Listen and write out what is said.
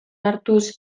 hartuz